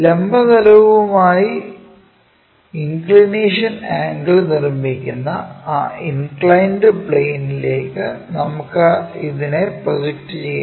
ലംബ തലവുമായി inclination angle നിർമ്മിക്കുന്ന ആ ഇൻക്ലൈൻഡ് പ്ലെയിനിലേക്കു നമുക്കു ഇതിനെ പ്രൊജക്റ്റ് ചെയ്യാം